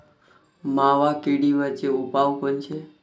मावा किडीवरचे उपाव कोनचे?